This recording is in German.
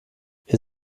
ihr